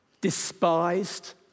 despised